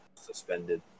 suspended